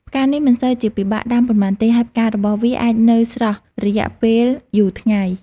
ផ្កានេះមិនសូវជាពិបាកដំាប៉ុន្មានទេ ហើយផ្ការបស់វាអាចនៅស្រស់រយៈពេលយូរថ្ងៃ។